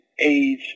age